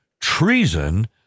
treason